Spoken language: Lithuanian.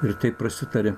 ir taip prasitarė